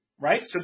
right